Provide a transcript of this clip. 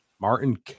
Martin